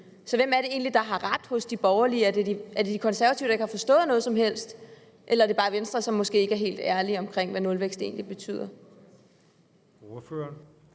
Så hvem er det egentlig, der har ret hos de borgerlige? Er det De Konservative, der ikke har forstået noget som helst, eller er det bare Venstre, som måske ikke er helt ærlig omkring, hvad nulvækst egentlig betyder? Kl.